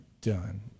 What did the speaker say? done